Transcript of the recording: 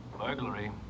Burglary